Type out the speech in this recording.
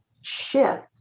shift